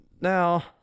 Now